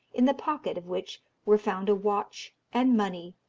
in the pocket of which were found a watch and money,